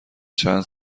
چند